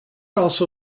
also